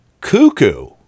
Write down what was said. Cuckoo